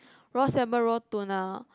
raw salmon raw tuna